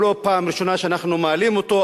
לא פעם ראשונה שאנחנו מעלים אותו,